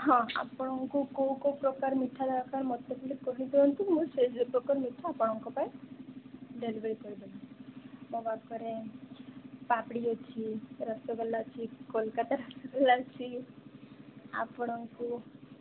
ହଁ ଆପଣଙ୍କୁ କୋଉ କୋଉ ପ୍ରକାର ମିଠା ଦରକାର ମୋତେ ଖାଲି କହିଦିଅନ୍ତୁ ମୁଁ ସେଇ ସେଇ ପ୍ରକାର ମିଠା ଆପଣଙ୍କ ପାଇଁ ଡେଲିଭରୀ କରିଦେବି ମୋ ପାଖରେ ପାମ୍ପଡ଼ି ଅଛି ରସଗୋଲା ଅଛି କୋଲକାତା ରସଗୋଲା ଅଛି ଆପଣଙ୍କୁ